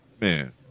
man